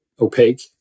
opaque